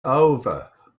over